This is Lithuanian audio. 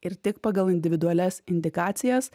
ir tik pagal individualias indikacijas